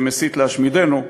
שמסית להשמידנו,